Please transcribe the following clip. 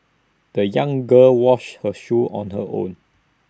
the young girl washed her shoes on her own